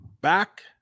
back